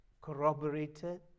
corroborated